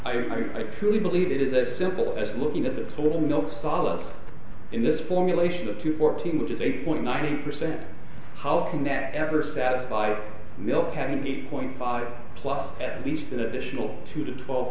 it's i truly believe it is a simple as looking at the total milk solids in this formulation of two fourteen which is eight point nine percent how can that ever satisfy a milk having meat point five plus at least an additional two to twelve